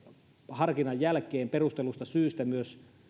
harkinnan jälkeen perustellusta syystä myös